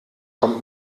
kommt